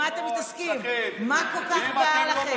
אתם גורמים לאנשים